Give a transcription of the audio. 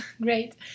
Great